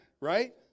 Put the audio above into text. right